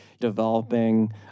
developing